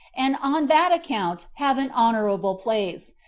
and on that account have an honorable place,